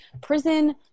prison